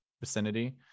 vicinity